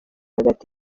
hagati